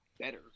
better